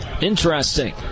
Interesting